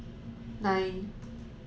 nine